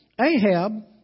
Ahab